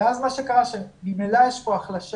אז מה שקרה זה שממילא יש כאן החלשה,